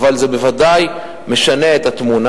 אבל זה בוודאי משנה את התמונה.